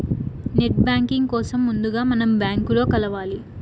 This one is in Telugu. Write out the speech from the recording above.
నెట్ బ్యాంకింగ్ కోసం ముందుగా మనం బ్యాంకులో కలవాలి